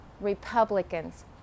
Republicans